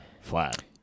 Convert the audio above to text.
flat